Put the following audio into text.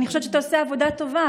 אני חושבת שאתה עושה עבודה טובה,